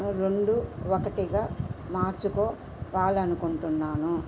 రెండు ఒకటిగా మార్చుకోవాలనుకుంటున్నాను